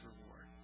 reward